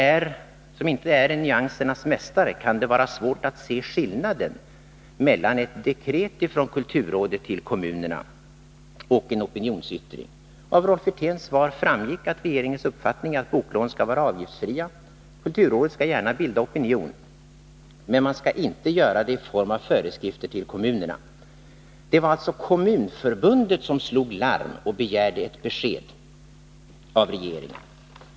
För den som inte är en nyansernas mästare kan det vara svårt att se skillnaden mellan ett dekret från kulturrådet till kommunerna och en opinionsyttring. Av Rolf Wirténs svar framgick att regeringens uppfattning är att boklån skall vara avgiftsfria. Kulturrådet skall gärna bilda opinion, men man skall inte göra det i form av föreskrifter till kommunerna. Det var alltså Kommunförbundet som slog larm och begärde ett besked av regeringen.